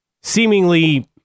seemingly